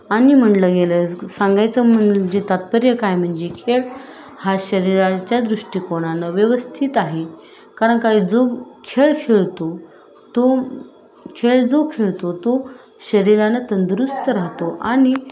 आणि म्हणलं गेलं सांगायचं म्हणजे तात्पर्य काय म्हणजे खेळ हा शरीराच्या दृष्टिकोणाने व्यवस्थित आहे कारण काही जो खेळ खेळतो तो खेळ जो खेळतो तो शरीराने तंदुरुस्त राहतो आणि